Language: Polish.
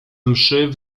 mszy